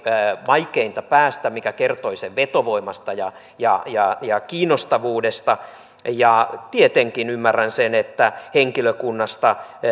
vaikeinta päästä mikä kertoi sen vetovoimasta ja ja kiinnostavuudesta tietenkin ymmärrän sen että henkilökunnasta